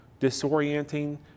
disorienting